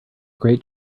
great